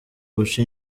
guca